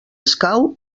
escau